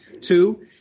Two